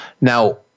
Now